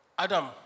Adam